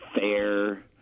fair